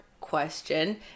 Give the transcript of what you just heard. question